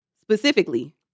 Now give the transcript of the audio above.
specifically